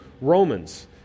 Romans